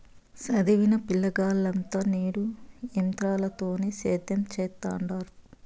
సదివిన పిలగాల్లంతా నేడు ఎంత్రాలతోనే సేద్యం సెత్తండారు